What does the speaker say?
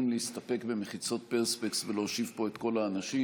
להסתפק במחיצות פרספקס ולהושיב פה את כל האנשים.